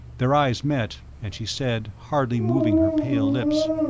their eyes met, and she said, hardly moving her pale lips,